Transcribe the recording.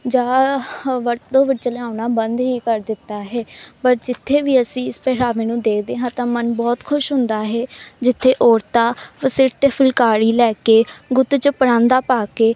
ਜਾ ਹ ਵਰਤੋਂ ਵਿੱਚ ਲਿਆਉਣਾ ਬੰਦ ਹੀ ਕਰ ਦਿੱਤਾ ਹੈ ਪਰ ਜਿੱਥੇ ਵੀ ਅਸੀਂ ਇਸ ਪਹਿਰਾਵੇ ਨੂੰ ਦੇਖਦੇ ਹਾਂ ਤਾਂ ਮਨ ਬਹੁਤ ਖੁਸ਼ ਹੁੰਦਾ ਹੈ ਜਿੱਥੇ ਔਰਤਾਂ ਸਿਰ 'ਤੇ ਫੁਲਕਾਰੀ ਲੈ ਕੇ ਗੁੱਤ 'ਚ ਪਰਾਂਦਾ ਪਾ ਕੇ